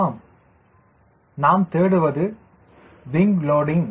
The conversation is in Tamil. ஆம் நாம் கண்டுபிடிக்க வேண்டியது விங் லோடிங்